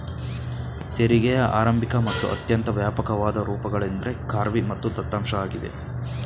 ತೆರಿಗೆಯ ಆರಂಭಿಕ ಮತ್ತು ಅತ್ಯಂತ ವ್ಯಾಪಕವಾದ ರೂಪಗಳೆಂದ್ರೆ ಖಾರ್ವಿ ಮತ್ತು ದತ್ತಾಂಶ ಆಗಿವೆ